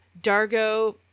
Dargo